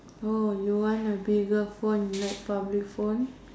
oh you want a bigger phone like public phone